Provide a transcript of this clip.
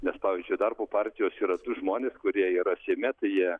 nes pavyzdžiui darbo partijos yra du žmonės kurie yra seime tai jie